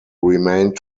remained